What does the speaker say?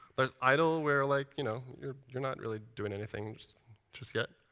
there's idle, where like you know you're you're not really doing anything just yet.